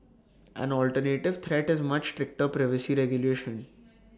an alternative threat is much stricter privacy regulation